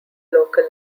local